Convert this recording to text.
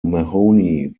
mahoney